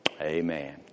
Amen